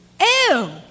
Ew